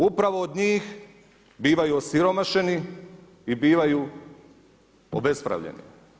Upravo od njih bivaju osiromašeni i bivaju obespravljeni.